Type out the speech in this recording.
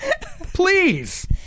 Please